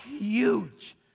huge